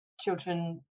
children